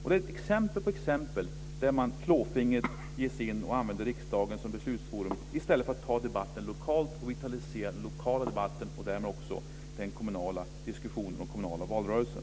Det finns exempel efter exempel där man klåfingrigt ger sig in och använder riksdagen som beslutsforum i stället för att ta debatten lokalt och vitalisera den lokala debatten och därmed den kommunala diskussionen och den kommunala valrörelsen.